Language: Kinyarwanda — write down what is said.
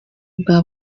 bwa